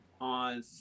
On